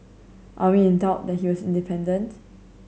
are we in doubt that he was independent